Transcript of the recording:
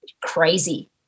crazy